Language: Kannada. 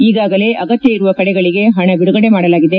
ಈಗಾಗಲೇ ಅಗತ್ಯ ಇರುವ ಕಡೆಗಳಿಗೆ ಪಣ ಬಿಡುಗಡೆ ಮಾಡಲಾಗಿದೆ